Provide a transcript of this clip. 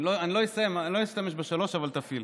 אני לא אשתמש בשלוש, אבל תפעיל.